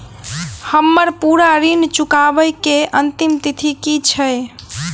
हम्मर पूरा ऋण चुकाबै केँ अंतिम तिथि की छै?